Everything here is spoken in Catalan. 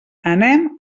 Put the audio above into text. anem